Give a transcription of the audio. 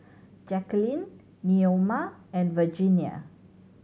Jacquelynn Neoma and Virginia